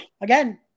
again